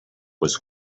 was